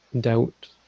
doubt